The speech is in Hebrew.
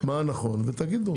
מה נכון ותגידו.